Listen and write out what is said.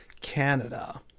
canada